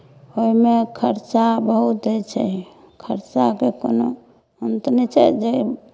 ओहिमे खर्चा बहुत होइ छै खर्चाके कोनो अन्त नहि छै जे